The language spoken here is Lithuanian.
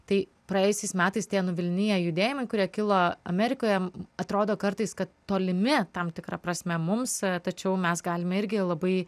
tai praėjusiais metais tie nuvilniję judėjimai kurie kilo amerikoje atrodo kartais kad tolimi tam tikra prasme mums tačiau mes galime irgi labai